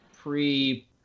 pre